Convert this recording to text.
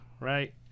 right